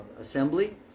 Assembly